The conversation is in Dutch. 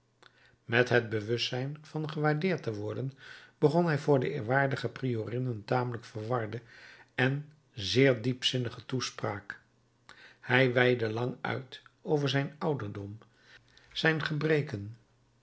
met het bewustzijn van gewaardeerd te worden begon hij voor de eerwaardige priorin een tamelijk verwarde en zeer diepzinnige toespraak hij weidde lang uit over zijn ouderdom zijn gebreken